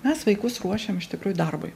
mes vaikus ruošiam iš tikrųjų darbui